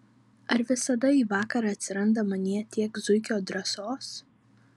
ar visada į vakarą atsiranda manyje tiek zuikio drąsos